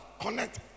connect